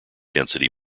density